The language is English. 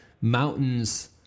mountains